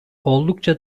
oldukça